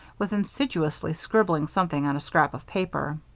was industriously scribbling something on a scrap of paper.